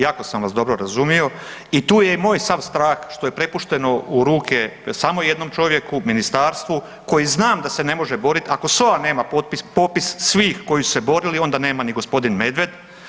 Jako sam vas dobro razumio i tu je i moj sav strah što je prepušteno u ruke samo jednom čovjeku, ministarstvu koji znam da se ne može boriti ako SOA nema popis svih koji su se borili, onda nema ni g. Medved.